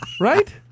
Right